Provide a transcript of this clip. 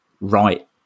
right